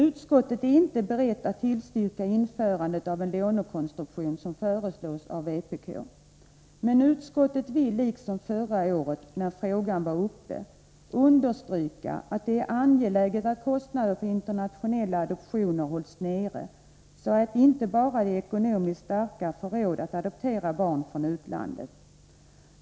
Utskottet är inte berett att tillstyrka införandet av en sådan lånekonstruktion som föreslås av vpk, men utskottet vill liksom när frågan var uppe förra året understryka att det är angeläget att kostnaderna för internationella adoptioner hålls nere, så att inte bara de ekonomiskt starka får råd att adoptera barn från utlandet.